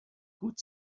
good